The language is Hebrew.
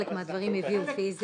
חלק מהדברים הביאו פיזית,